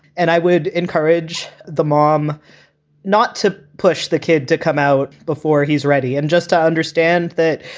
and i would encourage the mom not to push the kid to come out before he's ready. and just to understand that,